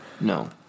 No